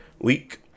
week